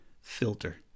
filter